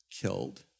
killed